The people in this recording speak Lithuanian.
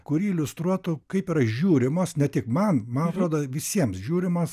kuri iliustruotų kaip yra žiūrimos ne tik man man atrodo visiems žiūrimos